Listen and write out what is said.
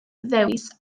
ddewis